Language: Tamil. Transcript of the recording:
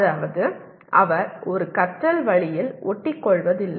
அதாவது அவர் ஒரு கற்றல் வழியில் ஒட்டிக்கொள்வதில்லை